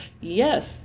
Yes